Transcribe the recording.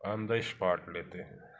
on this spot लेते हैं